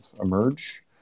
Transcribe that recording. emerge